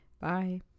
Bye